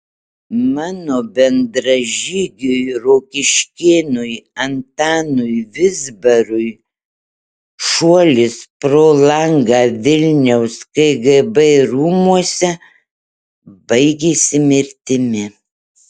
mano bendražygiui rokiškėnui antanui vizbarui šuolis pro langą vilniaus kgb rūmuose baigėsi mirtimi